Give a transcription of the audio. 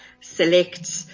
select